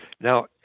Now